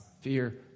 fear